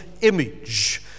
image